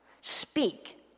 speak